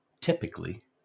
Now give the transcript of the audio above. Typically